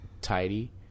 Tidy